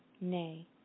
Nay